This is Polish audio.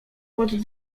pod